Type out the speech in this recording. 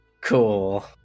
cool